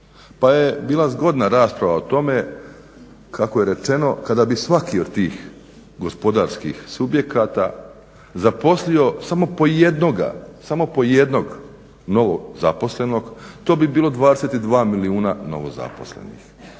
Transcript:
Pa je bila zgodna rasprava o tome kako je rečeno, kada bi svaki od tih gospodarskih subjekata zaposlio samo po jednoga, samo po jednog novog zaposlenog to bi bilo 22 milijuna novozaposlenih.